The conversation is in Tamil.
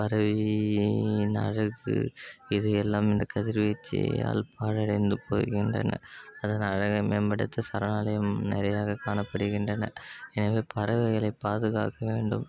பறவையின் அழகு இதையெல்லாம் இந்த கதிர்வீச்சால் பாழடைந்துபோகின்றன அதன் அழகை மேம்படுத்த சரணாலயம் நிறையாக காணப்படுகின்றன எனவே பறவைகளை பாதுகாக்க வேண்டும்